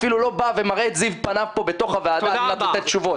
אפילו לא בא ומראה את זיו פניו פה בוועדה על מנת לתת תשובות.